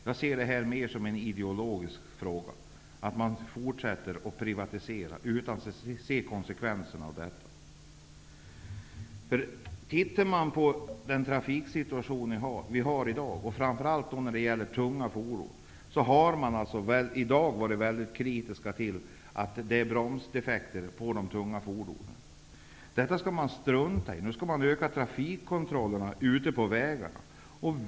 Jag ser detta mer som en ideologisk fråga, man fortsätter att privatisera utan att se konsekvenserna. I den trafiksituation som vi har i dag, framför allt när det gäller tunga fordon, har man varit väldigt kritisk till att det finns bromsdefekter på de tunga fordonen. Men det struntar man i. Nu skall vi öka trafikkontrollerna på vägarna.